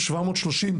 שבע מאות שלושים,